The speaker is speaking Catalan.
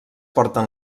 porten